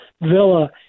villa